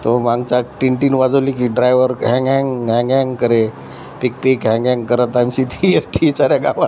तो मागचा टिन टिन वाजवली की ड्रायव्हर ग्हँग ग्हँग ग्हँग ग्हँग करे पिक पिक ग्हँग ग्हँग करत आमची ती येस्टी साऱ्या गावात